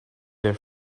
their